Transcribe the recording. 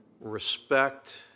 respect